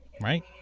right